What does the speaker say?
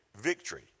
victory